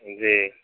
جی